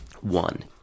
One